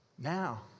Now